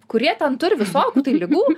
kurie ten turi visokių tai ligų